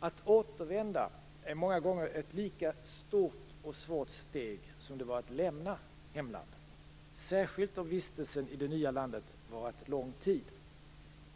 Att återvända är många gånger ett lika stort och svårt steg som det var att lämna hemlandet, särskilt om vistelsen i det nya landet varat lång tid.